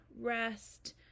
rest